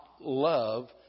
love